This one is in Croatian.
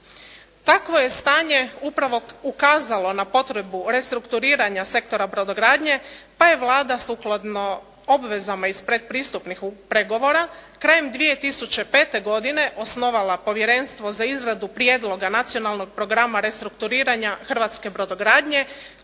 Takvo je stanje upravo ukazalo na potrebu restrukturiranja sektora brodogradnje pa je Vlada sukladno obvezama iz predpristupnih pregovora krajem 2005. godine osnovala Povjerenstvo za izradu Prijedloga nacionalnog programa restrukturiranja hrvatske brodogradnje